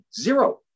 zero